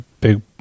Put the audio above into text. big